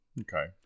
Okay